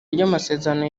ry’amasezerano